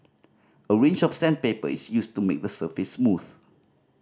a range of sandpaper is used to make the surface smooth